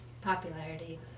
popularity